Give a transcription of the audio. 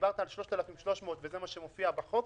דיברת על 3,300 וזה גם מה שמופיע בחוק.